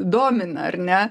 domina ar ne